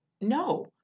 no